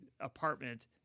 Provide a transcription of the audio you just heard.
apartment